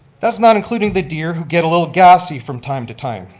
that's not including the deer who get a little gassy from time to time.